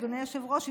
אדוני היושב-ראש,